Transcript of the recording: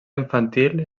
infantil